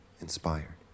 inspired